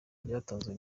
byatanzwe